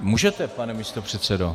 Můžete, pane místopředsedo.